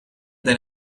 than